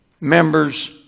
members